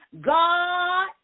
God